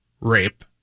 rape